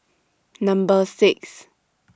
Number six